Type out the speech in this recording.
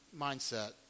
mindset